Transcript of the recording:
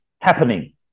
happening